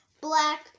black